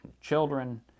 children